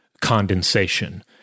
condensation